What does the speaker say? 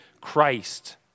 Christ